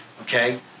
okay